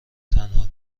تنها